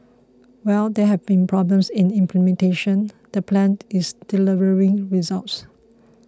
while there have been problems in implementation the plan is delivering results